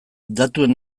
datuen